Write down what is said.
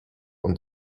und